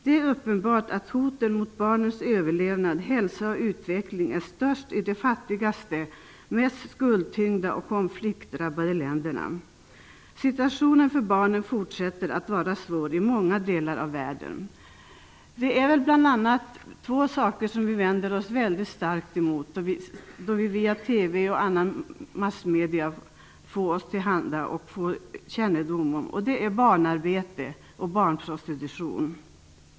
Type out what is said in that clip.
Det är uppenbart att hoten mot barnens överlevnad, hälsa och utveckling är störst i de fattigaste och mest skuldtyngda och konfliktdrabbade länderna. Situationen för barnen fortsätter att vara svår i många delar av världen. Det är bl.a. två saker som vi vänder oss väldigt starkt emot då vi får kännedom om dem via TV och andra massmedier. Det är barnarbete och barnprostitution.